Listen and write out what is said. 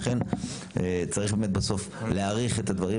לכן צריך באמת בסוף להעריך את הדברים